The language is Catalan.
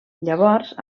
llavors